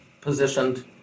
positioned